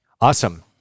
Awesome